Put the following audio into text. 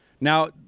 Now